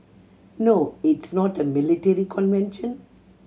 no it's not a military convention